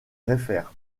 réfèrent